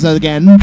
again